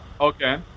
Okay